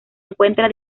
encuentra